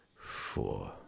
four